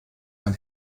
mein